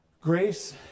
grace